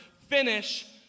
finish